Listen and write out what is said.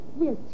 yes